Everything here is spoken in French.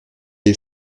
est